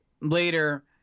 Later